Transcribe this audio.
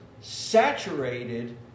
saturated